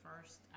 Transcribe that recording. First